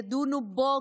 ידונו בו,